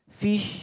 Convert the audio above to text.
fish